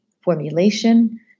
formulation